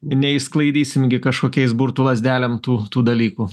neisklaidysim gi kažkokiais burtų lazdelėm tų tų dalykų